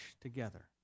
together